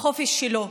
בחופש שלו,